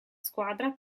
squadra